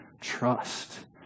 trust